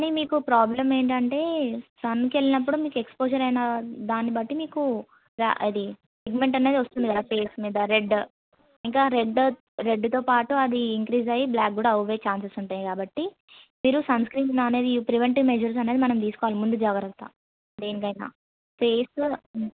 కానీ మీకు ప్రాబ్లమ్ ఏంటంటే సన్కి వెళ్ళినప్పుడు మీకు ఎక్స్పోజర్ అయిన దాన్ని బట్టి మీకు అది పిగ్మెంట్ అనేది వస్తుంది కదా ఫేస్ మీద ఇంకా రెడ్తో పాటు అది ఇంక్రీజ్ అయ్యి బ్లాక్ కూడా అవ్వే ఛాన్సెస్ ఉంటాయి కాబట్టి మీరు సన్స్క్రీన్ అనేది ప్రివెంటివ్ మెజర్స్ అనేది మనం తీసుకోవాలి ముందు జాగ్రత్త దేనికైనా ఫేస్